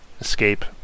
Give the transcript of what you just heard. escape